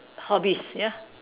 hobbies ya